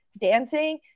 dancing